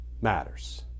matters